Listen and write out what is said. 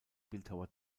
bildhauer